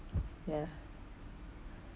ya